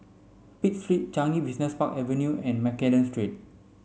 Pitt Street Changi Business Park Avenue and Mccallum Street